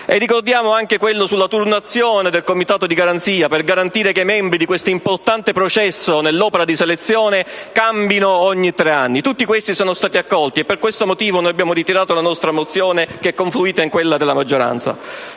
domanda, e quello sulla turnazione del comitato di garanzia, per garantire che i membri di questo importante processo nell'opera di selezione cambino ogni tre anni. Tutti questi emendamenti sono stati accolti e per questo motivo abbiamo ritirato la nostra mozione, che è confluita in quella della maggioranza.